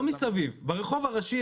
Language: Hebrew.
תושבי הרחוב,